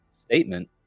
statement